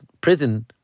prison